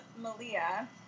Malia